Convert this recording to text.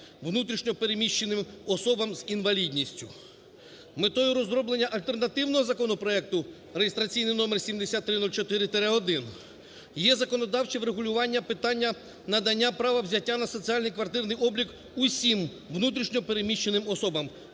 внутрішньо переміщеним особам з інвалідністю. Метою розроблення альтернативного законопроекту (реєстраційний номер 7304-1) є законодавче врегулювання питання надання права взяття на соціальний квартирний облік усім внутрішньо переміщеним особам.